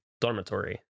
dormitory